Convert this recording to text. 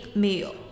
meal